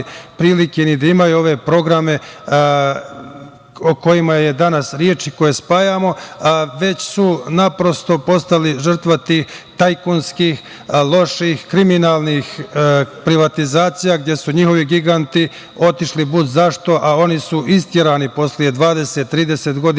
prilike ni da imaju ove programe o kojima je danas reč i koje spajamo, već su naprosto postali žrtva tih tajkunskih loših kriminalnih privatizacija gde su njihovi giganti otišli budzašto, a oni su isterani posle 20, 30 godina